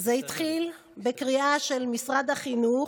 זה התחיל בקריעה של משרד החינוך,